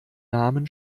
namen